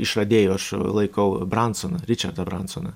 išradėju aš laikau bransoną ričardą bransoną